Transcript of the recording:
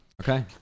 Okay